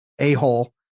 a-hole